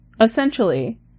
essentially